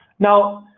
now